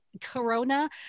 Corona